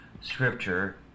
Scripture